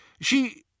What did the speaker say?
She